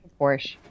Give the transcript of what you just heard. Porsche